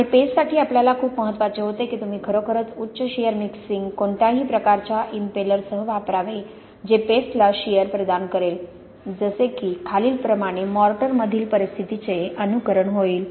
आणि पेस्टसाठी आपल्याकडे खूप महत्वाचे होते की तुम्ही खरोखरच उच्च शीअर मिक्सिंग कोणत्याही प्रकारच्या इंपेलरसह वापरावे जे पेस्टला शीअर प्रदान करेल जसे की खालीलप्रमाणे मॉर्टर मधील परिस्थितीचे अनुकरण होईल